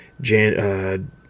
Jan